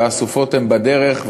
והסופות הן בדרך,